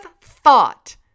thought